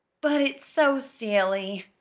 but it's so silly,